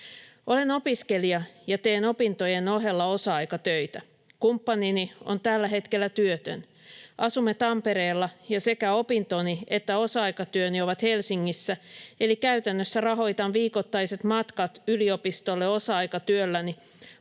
"Olen opiskelija ja teen opintojen ohella osa-aikatöitä. Kumppanini on tällä hetkellä työtön. Asumme Tampereella, ja sekä opintoni että osa-aikatyöni ovat Helsingissä, eli käytännössä rahoitan viikoittaiset matkat yliopistolle osa-aikatyölläni,